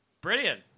Brilliant